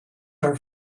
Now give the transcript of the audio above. are